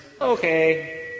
okay